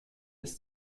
ist